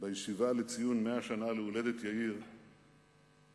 בישיבה לציון 100 שנים להולדת יאיר את